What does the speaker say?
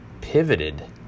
pivoted